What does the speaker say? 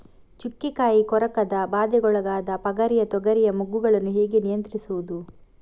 ಚುಕ್ಕೆ ಕಾಯಿ ಕೊರಕದ ಬಾಧೆಗೊಳಗಾದ ಪಗರಿಯ ತೊಗರಿಯ ಮೊಗ್ಗುಗಳನ್ನು ಹೇಗೆ ನಿಯಂತ್ರಿಸುವುದು?